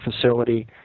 facility